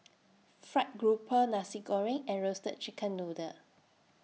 Fried Grouper Nasi Goreng and Roasted Chicken Noodle